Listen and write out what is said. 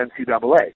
NCAA